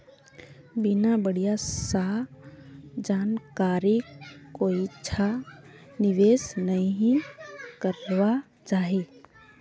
बिना बढ़िया स जानकारीर कोइछा निवेश नइ करबा चाई